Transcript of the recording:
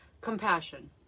Compassion